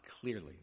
clearly